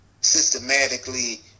systematically